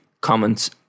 comments